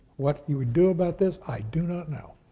what you would do about this, i do not know.